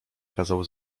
kazał